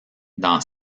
dans